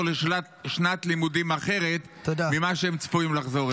לשנת לימודים אחרת ממה שהם צפויים לחזור אליה.